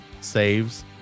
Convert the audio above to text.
saves